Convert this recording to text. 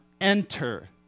enter